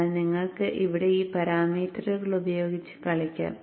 എന്നാൽ നിങ്ങൾക്ക് ഇവിടെ ഈ പാരാമീറ്ററുകൾ ഉപയോഗിച്ച് കളിക്കാം